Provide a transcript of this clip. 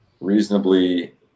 reasonably